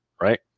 right